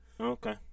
Okay